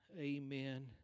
Amen